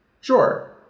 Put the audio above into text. Sure